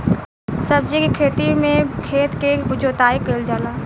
सब्जी के खेती में खेत के जोताई कईल जाला